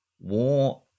war